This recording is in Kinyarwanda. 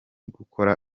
gukora